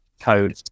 code